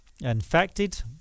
infected